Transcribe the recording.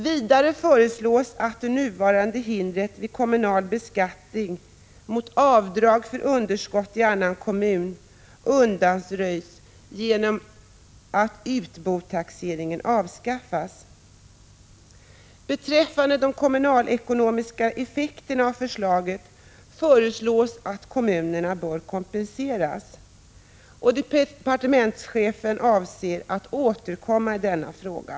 Vidare föreslås att det nuvarande hindret vid kommunal beskattning mot avdrag för underskott i annan kommun undanröjs genom att utbotaxeringen avskaffas. Beträffande de kommunalekonomiska effekterna av förslagen föreslås att kommunerna bör kompenseras. Departementschefen avser att återkomma i denna fråga.